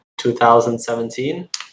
2017